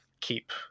keep